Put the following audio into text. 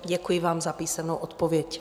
Děkuji vám za písemnou odpověď.